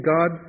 God